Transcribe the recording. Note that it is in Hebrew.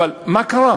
אבל מה קרה?